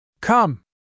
Come